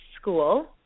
school